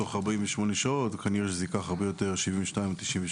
תוך 48 שעות וכנראה שזה ייקח הרבה יותר 72 או 96 שעות.